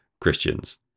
christians